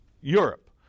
Europe